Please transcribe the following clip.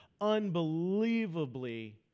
unbelievably